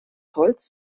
holz